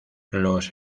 los